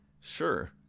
Sure